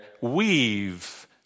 weave